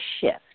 shift